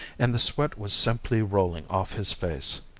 and the sweat was simply rolling off his face.